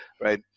right